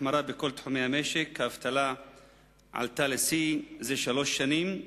החמרה בכל תחומי המשק: האבטלה עלתה לשיא של שלוש שנים,